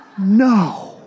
no